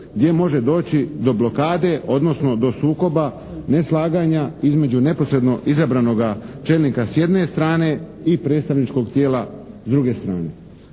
gdje može doći do blokade odnosno do sukoba neslaganja između neposredno izabranog čelnika s jedne strane i predstavničkoga tijela s druge strane.